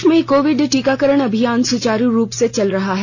देश में कोविड टीकाकरण अभियान सुचारू रूप से चल रहा है